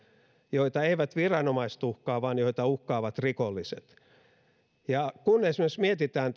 joita eivät viranomaiset uhkaa vaan joita uhkaavat rikolliset kun esimerkiksi mietitään